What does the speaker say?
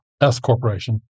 S-Corporation